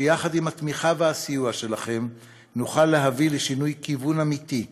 שיחד עם התמיכה והסיוע שלכם נוכל להביא לשינוי כיוון אמיתי,